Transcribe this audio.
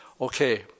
okay